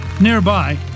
Nearby